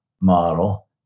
model